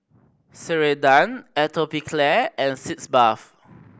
Ceradan Atopiclair and Sitz Bath